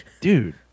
Dude